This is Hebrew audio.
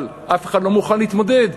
אבל אף אחד לא מוכן להתמודד.